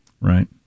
Right